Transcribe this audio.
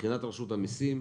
מבחינת רשות המסים,